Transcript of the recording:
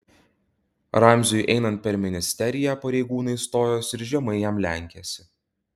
ramziui einant per ministeriją pareigūnai stojosi ir žemai jam lenkėsi